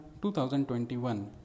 2021